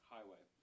Highway